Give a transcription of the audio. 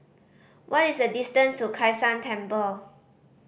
what is the distance to Kai San Temple